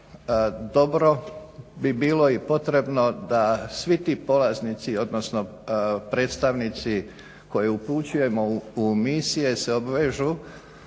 dobro bi bilo i potrebno da svi ti polaznici, odnosno predstavnici koje upućujemo u misije se obvežu